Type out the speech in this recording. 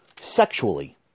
sexually